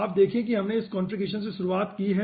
आप देखें कि हमने इस कंफीग्रेशन से शुरुआत की है